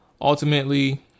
ultimately